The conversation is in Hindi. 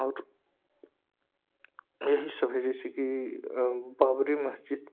और यही सब है जैसेकि बाबरी मस्जिद